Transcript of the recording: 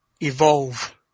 evolve